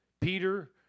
Peter